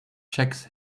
checks